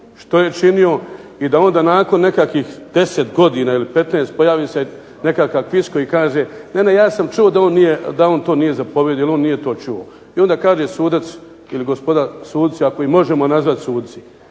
što je činio i da onda nakon nekakvih 10 godina ili 15 pojavi se nekakav fiškal koji kaže ne, ne ja sam čuo da on to nije zapovjedio jer on nije to čuo. I onda kaže sudac, ili gospoda suci ako ih možemo nazvati suci,